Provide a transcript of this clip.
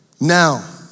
Now